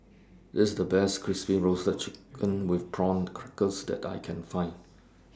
This The Best Crispy Roasted Chicken with Prawn Crackers that I Can Find